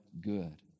good